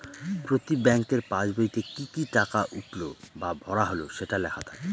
প্রতি ব্যাঙ্কের পাসবইতে কি কি টাকা উঠলো বা ভরা হল সেটা লেখা থাকে